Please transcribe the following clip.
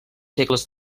segles